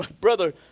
Brother